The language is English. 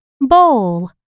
bowl